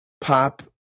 pop